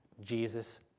Jesus